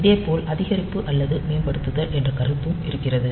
இதேபோல் அதிகரிப்பு அல்லது மேம்படுத்துதல் என்ற கருத்தும் இருக்கிறது